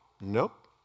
Nope